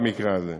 במקרה הזה,